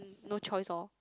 no choice loh